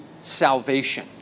salvation